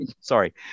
Sorry